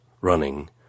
running